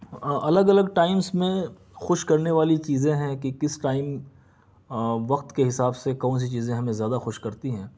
الگ الگ ٹائمس میں خوش کرنے والی چیزیں ہیں کہ کس ٹائم وقت کے حساب سے کون سی چیزیں ہمیں زیادہ خوش کرتی ہیں